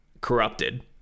corrupted